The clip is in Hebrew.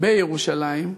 בירושלים,